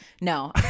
no